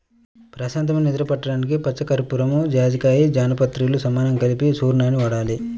ప్రశాంతమైన నిద్ర పట్టడానికి పచ్చకర్పూరం, జాజికాయ, జాపత్రిలను సమానంగా కలిపిన చూర్ణాన్ని వాడాలి